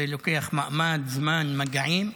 זה דורש מאמץ, זמן, מגעים.